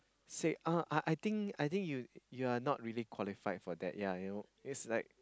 say uh I I think I think you you are not really qualified for that yea you know is like